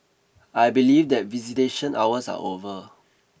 I believe that visitation hours are over